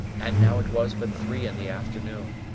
and now it was but three in the afternoon.